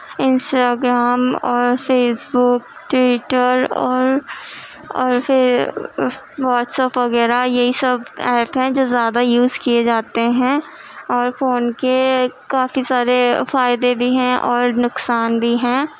Instagram اور Facebook Twitter اور اور پھر واٹس اپ وغیرہ یہی سب ایپ ہیں جو زیادہ یوز کیے جاتے ہیں اور فون کے کافی سارے فائدے بھی ہیں اور نقصان بھی ہیں